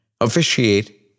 officiate